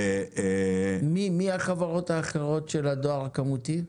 מי החברות האחרות של הדואר הכמותי?